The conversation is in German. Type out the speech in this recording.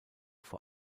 vor